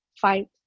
fight